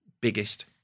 biggest